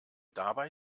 dabei